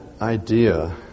idea